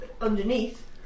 underneath